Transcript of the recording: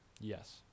Yes